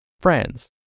friends